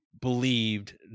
believed